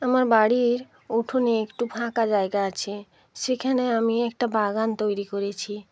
আমার বাড়ির উঠোনে একটু ফাঁকা জায়গা আছে সেখানে আমি একটা বাগান তৈরি করেছি